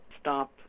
stop